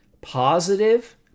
positive